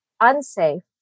unsafe